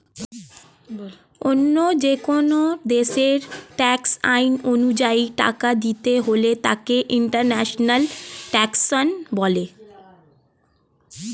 অন্য যেকোন দেশের ট্যাক্স আইন অনুযায়ী টাকা দিতে হলে তাকে ইন্টারন্যাশনাল ট্যাক্সেশন বলে